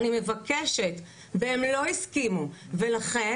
אני מבקשת והם לא הסכימו ולכן,